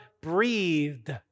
breathed